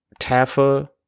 Taffa